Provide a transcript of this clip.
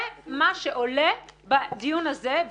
זה מה שעולה בדיון הזה.